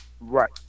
Right